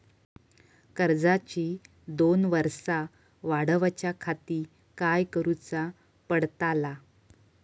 कर्जाची दोन वर्सा वाढवच्याखाती काय करुचा पडताला?